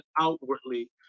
outwardly